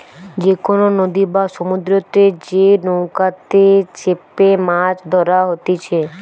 যে কোনো নদী বা সমুদ্রতে যে নৌকাতে চেপেমাছ ধরা হতিছে